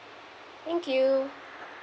thank you